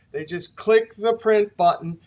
they just click the print button.